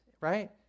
right